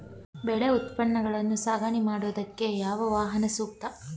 ಬೆಳೆ ಉತ್ಪನ್ನಗಳನ್ನು ಸಾಗಣೆ ಮಾಡೋದಕ್ಕೆ ಯಾವ ವಾಹನ ಸೂಕ್ತ?